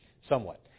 Somewhat